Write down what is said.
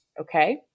Okay